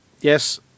Yes